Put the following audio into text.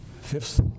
fifth